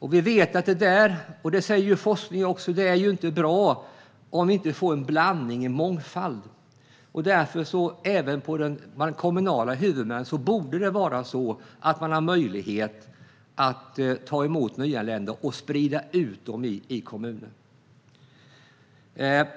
Även inom forskningen sägs det att det inte är bra om vi inte får en blandning och en mångfald. Därför borde det även bland de kommunala huvudmännen vara möjligt att ta emot nyanlända och sprida ut dem i kommunen.